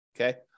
Okay